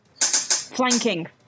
Flanking